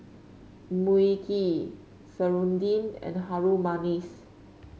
Mui Kee serunding and Harum Manis